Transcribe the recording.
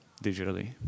digitally